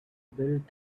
build